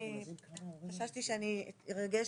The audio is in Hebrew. אני חששתי שאני אתרגש,